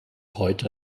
heute